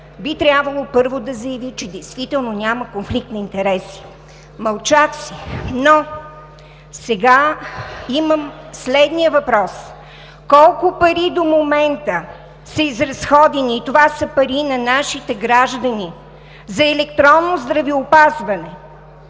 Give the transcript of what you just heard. би трябвало първо да заяви, че действително няма конфликт на интереси. Мълчах си, но сега имам следния въпрос: колко пари до момента са изразходени, това са пари на нашите граждани, за електронно здравеопазване?